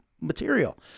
material